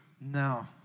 No